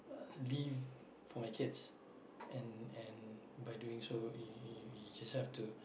leave for my kids and and by doing so you you you just have to